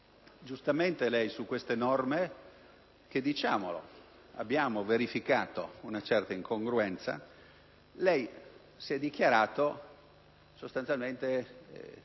Giustamente su queste norme, su cui - diciamolo - abbiamo verificato una certa incongruenza, lei si è dichiarato sostanzialmente